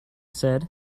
said